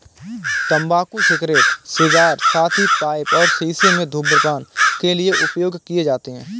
तंबाकू cigarette, cigar, साथ ही पाइप और शीशों में धूम्रपान के लिए उपयोग किए जाते हैं